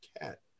cat